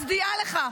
מצדיעה לך,